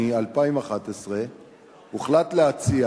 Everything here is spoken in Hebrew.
ביוני 2011 הוחלט להציע